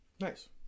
Nice